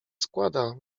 składa